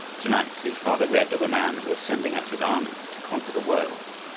tonight his father read of a man who was sending out his army to conquer the world.